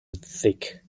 thick